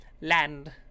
Land